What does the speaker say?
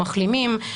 מחלימים,